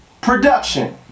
Production